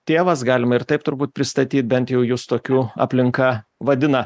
tėvas galima ir taip turbūt pristatyt bent jau jus tokiu aplinka vadina